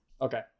Okay